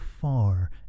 far